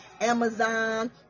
amazon